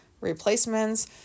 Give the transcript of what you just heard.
replacements